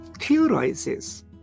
theorizes